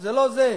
זה לא זה,